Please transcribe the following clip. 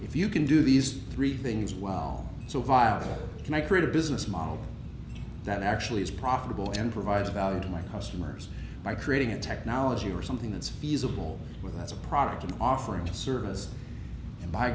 if you can do these three things while so vile can i create a business model that actually is profitable and provides about my customers by creating a technology or something that's feasible with as a product offering a service and by